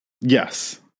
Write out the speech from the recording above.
Yes